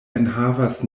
enhavas